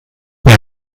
mir